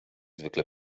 zwykle